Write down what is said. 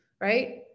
right